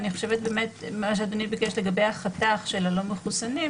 אני חושבת שמה שאדוני ביקש לגבי החתך של הלא מחוסנים,